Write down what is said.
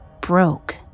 broke